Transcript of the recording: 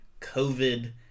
COVID